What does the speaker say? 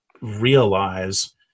realize